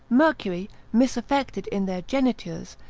mercury misaffected in their genitures,